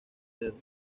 dedo